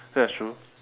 that's true